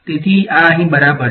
તેથી આ અહીં બરાબર છે